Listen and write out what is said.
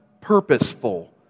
purposeful